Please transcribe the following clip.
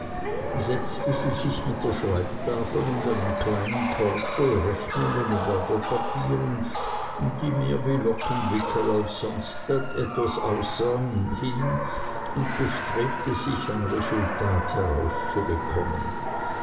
setzte sie sich mit der schreibtafel und einem kleinen korb voll rechnungen und andern papieren die mehr wie lockenwickel als sonst etwas aussahen hin und bestrebte sich ein resultat herauszubekommen